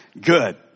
Good